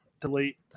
delete